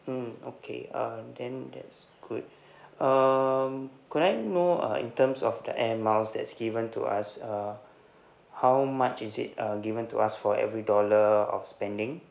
mm okay uh then that's good um could I know uh in terms of the air miles that's given to us uh how much is it uh given to us for every dollar of spending